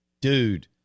Dude